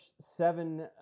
seven